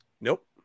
Nope